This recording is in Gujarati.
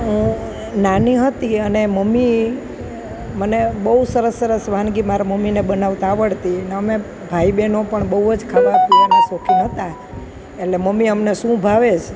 હું નાની હતી અને મમ્મી મને બહુ સરસ સરસ વાનગી મારાં મમ્મીને બનાવતા આવડતી અને અમે ભાઈ બહેનો પણ બહુ જ ખાવા પીવાના શોખીન હતાં એટલે મમ્મી અમને શું ભાવે છે